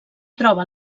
troba